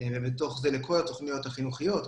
ובתוך זה לכל התוכניות החינוכיות,